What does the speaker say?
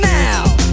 now